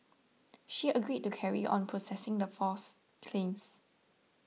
she agreed to carry on processing the false claims